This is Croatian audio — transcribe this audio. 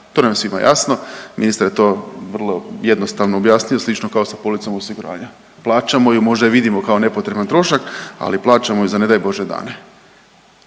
To nam je svima jasno. Ministar je to vrlo jednostavno objasnio slično kao sa policom osiguranja. Plaćamo je, možda je vidimo kao nepotreban trošak, ali plaćamo za ne daj bože dane.